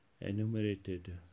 enumerated